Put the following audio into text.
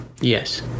Yes